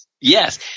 Yes